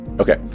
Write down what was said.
okay